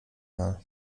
mal